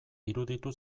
iruditu